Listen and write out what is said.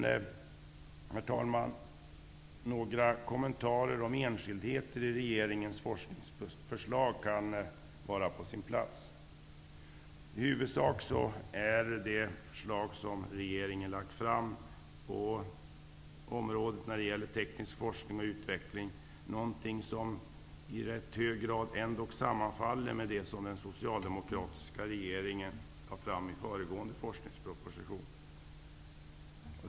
Det kan vara på sin plats med några kommentarer om enskildheter i regeringens forskningsförslag. I huvudsak är det förslag som regeringen har lagt fram på området för teknisk forskning och utveckling något som i rätt hög grad sammanfaller med det som den socialdemokratiska regeringen lade fram i den föregående forskningspropositionen.